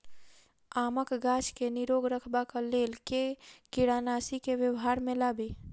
आमक गाछ केँ निरोग रखबाक लेल केँ कीड़ानासी केँ व्यवहार मे लाबी?